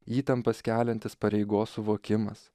įtampas keliantis pareigos suvokimas